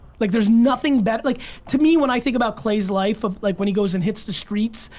like there's nothing better, like to me when i think about clay's life of like when he goes and hits the streets,